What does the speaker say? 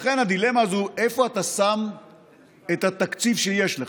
לכן הדילמה הזו, איפה אתה שם את התקציב שיש לך,